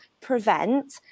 prevent